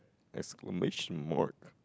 exclamation mark